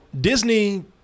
Disney